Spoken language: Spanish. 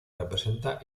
representa